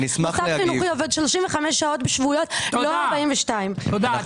מוסד חינוכי עובד 35 שעות שבועיות, לא 42. תודה.